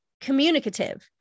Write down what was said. communicative